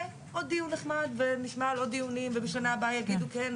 עוד דיון נחמד ונשמע על עוד דיונים ובשנה הבאה יגידו: כן,